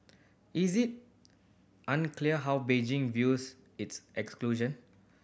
is it unclear how Beijing views its exclusion